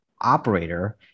operator